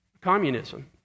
communism